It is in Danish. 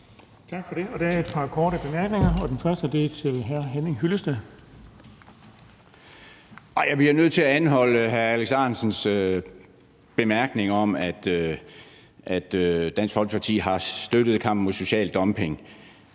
Tak for det. Der er et par korte bemærkninger, og den første er til hr. Henning Hyllested. Kl. 16:01 Henning Hyllested (EL): Jeg bliver nødt til at anholde hr. Alex Ahrendtsens bemærkning om, at Dansk Folkeparti har støttet kampen mod social dumping.